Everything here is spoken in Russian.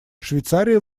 швейцария